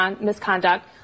misconduct